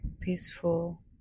peaceful